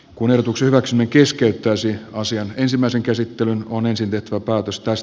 kun erotuksenaksemme keskeyttäisi asian ensimmäisen käsittelyn on esiintynyt vapautus taas